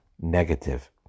negative